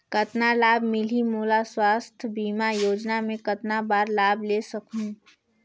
कतना लाभ मिलही मोला? स्वास्थ बीमा योजना मे कतना बार लाभ ले सकहूँ?